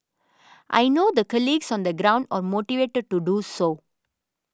I know the colleagues on the ground are motivated to do so